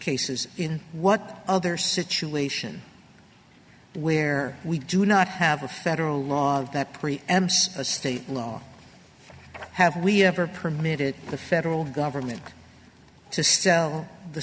cases in what other situation where we do not have a federal law that pre amps a state law have we ever permitted the federal government to sell the